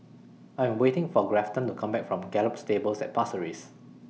I Am waiting For Grafton to Come Back from Gallop Stables At Pasir Ris